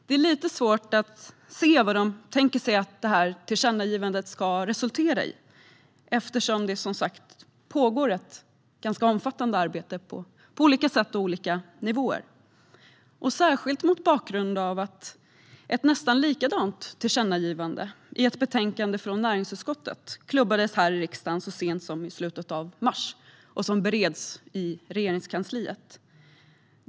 Det är lite svårt att se vad de tänker sig att detta tillkännagivande ska resultera i, eftersom det som sagt pågår ett ganska omfattande arbete på flera olika nivåer och särskilt mot bakgrund av att ett nästan likadant tillkännagivande i ett betänkande från näringsutskottet klubbades här i riksdagen så sent som i slutet av mars och nu bereds i Regeringskansliet.